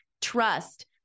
trust